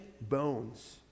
bones